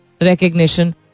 recognition